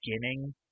beginning